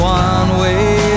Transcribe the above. one-way